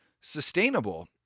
sustainable